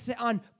on